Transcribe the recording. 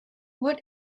what